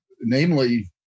namely